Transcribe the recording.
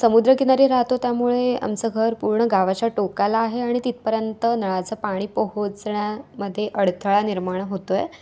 समुद्रकिनारी राहतो त्यामुळे आमचं घर पूर्ण गावाच्या टोकाला आहे आणि तिथपर्यंत नळाचं पाणी पोहोचण्यामध्ये अडथळा निर्माण होत आहे